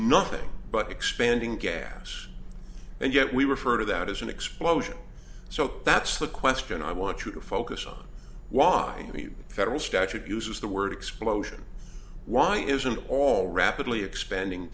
nothing but expanding gas and yet we refer to that as an explosion so that's the question i want you to focus on why the federal statute uses the word explosion why isn't all rapidly expanding